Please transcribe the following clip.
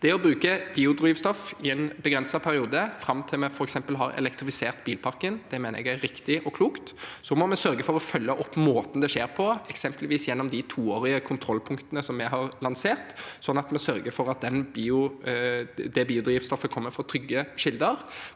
Det å bruke biodrivstoff i en begrenset periode, f.eks. fram til vi har elektrifisert bilparken, mener jeg er riktig og klokt. Så må vi sørge for å følge opp måten det skjer på, eksempelvis gjennom de toårige kontrollpunktene vi har lansert, sånn at vi sørger for at det biodrivstoffet kommer fra trygge kilder.